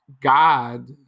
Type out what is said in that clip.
God